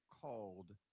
called